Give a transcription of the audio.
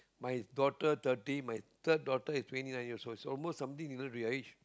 my daughter thirty my third daughter is twenty nine years old so almost something gonna be your age